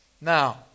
Now